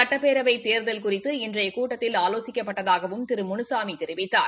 சுட்டப்பேரவை தேர்தல் குறித்து இன்றைய கூட்டத்தில் ஆலோசிக்கப்பட்டதாகவும் திரு முனுகாமி கூறினார்